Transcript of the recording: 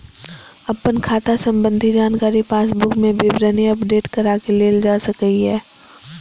अपन खाता संबंधी जानकारी पासबुक मे विवरणी अपडेट कराके लेल जा सकैए